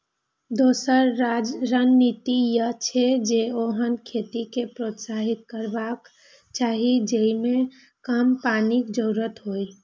दोसर रणनीति ई छै, जे ओहन खेती कें प्रोत्साहित करबाक चाही जेइमे कम पानिक जरूरत हो